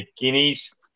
Guineas